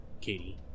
Katie